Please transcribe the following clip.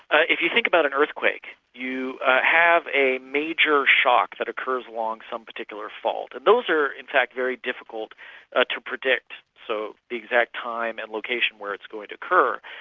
if you think about an earthquake, you have a major shock that occurs along some particular fault, and those are in fact very difficult ah to predict, so the exact time and location where it's going to occur,